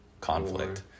conflict